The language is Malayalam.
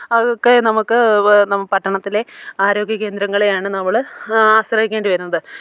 അതൊക്കെ നമുക്ക് പട്ടണത്തിലെ ആരോഗ്യ കേന്ദ്രങ്ങളെയാണ് നമ്മൾ ആശ്രയിക്കേണ്ടി വരുന്നത്